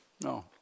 no